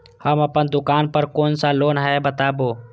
हम अपन दुकान पर कोन सा लोन हैं बताबू?